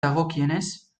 dagokienez